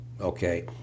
okay